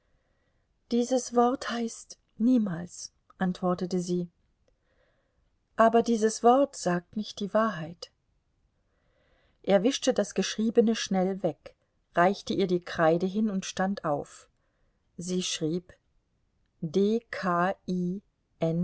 dieses wort heißt niemals antwortete sie aber dieses wort sagt nicht die wahrheit er wischte das geschriebene schnell weg reichte ihr die kreide hin und stand auf sie schrieb